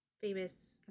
famous